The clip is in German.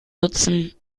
nutzen